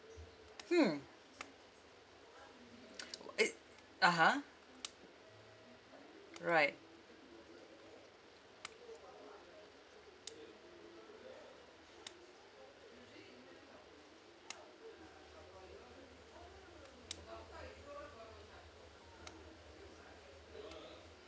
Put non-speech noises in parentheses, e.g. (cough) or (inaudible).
hmm (noise) oo eh (uh huh) right